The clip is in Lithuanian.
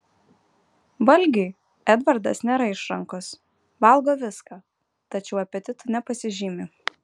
valgiui edvardas nėra išrankus valgo viską tačiau apetitu nepasižymi